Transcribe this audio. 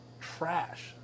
trash